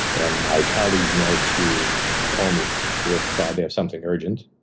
and my colleagues know to call me if ah there's something urgent.